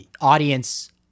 audience